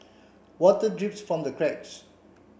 water drips from the cracks